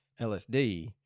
LSD